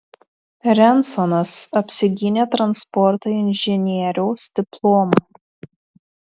rensonas apsigynė transporto inžinieriaus diplomą